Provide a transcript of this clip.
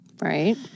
Right